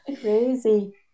Crazy